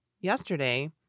yesterday